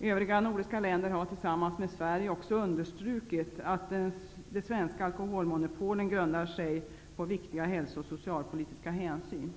Övriga nordiska länder har tillsammans med Sverige också understrukit att de svenska alkoholmonopolen grundar sig på viktiga hälso och socialpolitiska hänsyn.